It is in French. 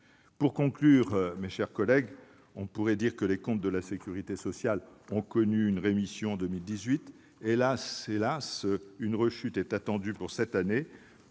Pour conclure, mes chers collègues, on pourrait dire que les comptes de la sécurité sociale ont connu une rémission en 2018. Hélas, une rechute est attendue pour cette année,